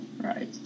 Right